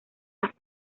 las